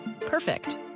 Perfect